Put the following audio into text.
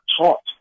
taught